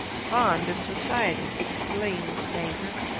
fond of society, explained banker.